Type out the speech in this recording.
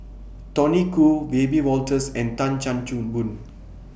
Tony Khoo Wiebe Wolters and Tan Chan Boon